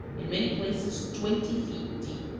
in many places twenty feet deep.